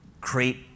create